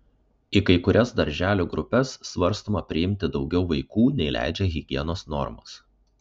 į kai kurias darželių grupes svarstoma priimti daugiau vaikų nei leidžia higienos normos